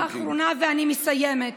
פסקה אחרונה ואני מסיימת.